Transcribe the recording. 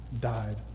died